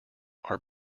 are